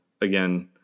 again